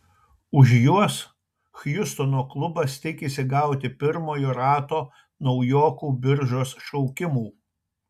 už juos hjustono klubas tikisi gauti pirmojo rato naujokų biržos šaukimų